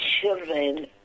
children